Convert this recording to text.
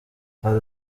hari